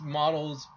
models